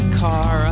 car